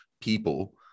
people